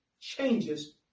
changes